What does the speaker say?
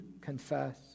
confess